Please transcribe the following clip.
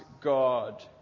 God